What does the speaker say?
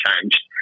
changed